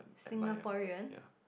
Singaporean